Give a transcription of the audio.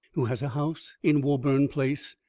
who has a house in woburn place,